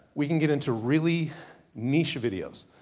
we can get into really niche videos.